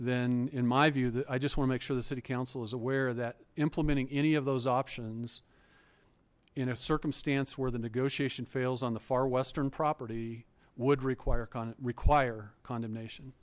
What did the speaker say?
then in my view that i just want to make sure the city council is aware that implementing any of those options in a circumstance where the negotiation fails on the far western property would require comment require condemnation